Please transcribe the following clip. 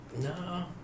no